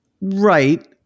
Right